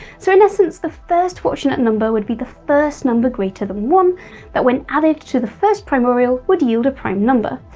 so in essence, the first fortunate number would be the first number greater than one that when added to the first primorial would yield a prime number.